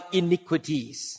iniquities